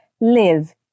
live